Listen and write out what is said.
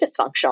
dysfunctional